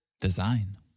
design